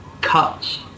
cuts